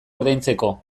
ordaintzeko